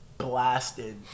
blasted